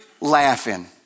laughing